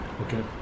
okay